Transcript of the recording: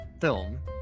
film